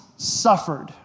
suffered